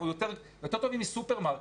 אנחנו יותר טובים מסופרמרקט.